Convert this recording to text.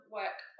work